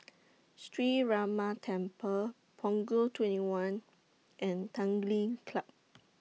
Sree Ramar Temple Punggol twenty one and Tanglin Club